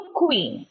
queen